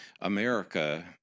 America